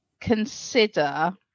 consider